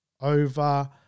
over